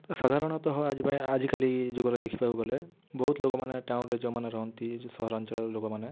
ସାଧାରଣତଃ ଆଜି ପାଇଁ ଆଜିକାଲି ଯୁଗରେ ଦେଖିବାକୁ ଗଲେ ବହୁତ ଲୋକମାନେ ଟାଉନ୍ରେ ଯେଉଁମାନେ ରହନ୍ତି ସହରାଞ୍ଚଳରେ ଯେଉଁ ଲୋକମାନେ